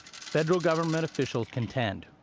federal government officials contend,